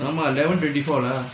ஆமா:aamaa eleven twenty four lah